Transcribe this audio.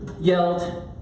yelled